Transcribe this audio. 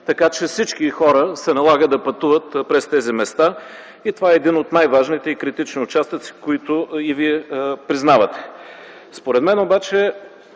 На всички хора се налага да пътуват през тези места. Това е един от най-важните и критични участъци, което и Вие признавате. Според мен и